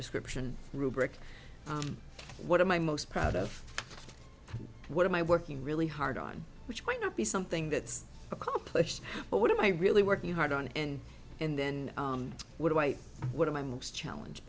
description rubric what am i most proud of what am i working really hard on which might not be something that's accomplished but what am i really working hard on and and then what do i what am i most challenge